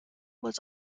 was